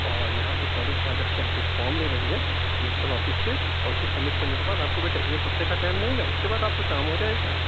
اور یہاں سے کالج جا کر کے آپ ایک فام لے لیں گے پرنسپل آفس سے اور اُس كو سبمٹ كرنے كے بعد آپ کو بیٹا ایک ہفتے كا ٹائم لگے گا اُس كے بعد آپ كا كام ہو جائے گا